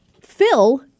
Phil